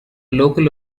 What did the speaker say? local